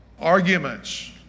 Arguments